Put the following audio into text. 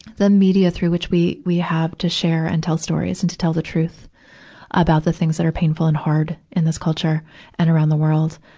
the media through which we, we have to share and tell stories and to tell the truth about the things that are painful and hard in this culture and around the world,